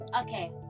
Okay